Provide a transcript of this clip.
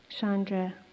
Chandra